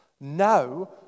Now